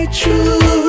true